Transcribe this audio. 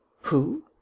Who